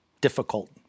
difficult